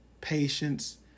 patience